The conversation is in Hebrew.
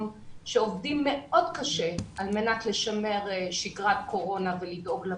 שעובדים מאוד קשה על מנת לשמר שגרת קורונה ולדאוג לבריאות.